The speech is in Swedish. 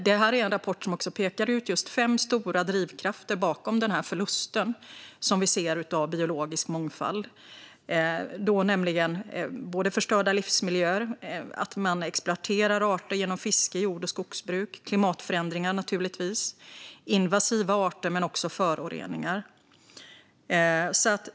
I rapporten pekar man också ut fem stora drivkrafter bakom den förlust av biologisk mångfald som vi ser, nämligen förstörda livsmiljöer, att man exploaterar arter genom fiske och jord och skogsbruk, klimatförändringar, invasiva arter och också föroreningar.